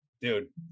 dude